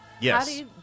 yes